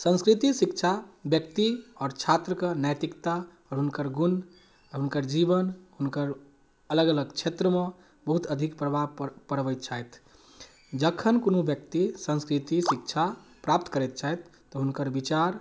संस्कृति शिक्षा व्यक्ति आओर छात्रके नैतिकता आओर हुनकर गुण आओर हुनकर जीवन हुनकर अलग अलग क्षेत्रमे बहुत अधिक प्रभाव पड़बै छथि जखन कोनो व्यक्ति संस्कृति शिक्षा प्राप्त करैत छथि तऽ हुनकर विचार